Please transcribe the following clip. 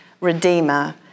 redeemer